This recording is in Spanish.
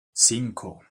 cinco